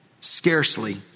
scarcely